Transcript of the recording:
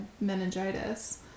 meningitis